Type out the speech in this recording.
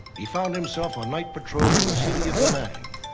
he found himself on night patrol near the city of da nang.